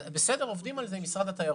בסדר, עובדים על זה עם משרד התיירות.